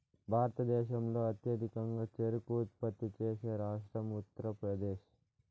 భారతదేశంలో అత్యధికంగా చెరకు ఉత్పత్తి చేసే రాష్ట్రం ఉత్తరప్రదేశ్